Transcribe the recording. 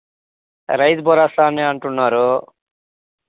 రైతు భరోసా అని అంటున్నారు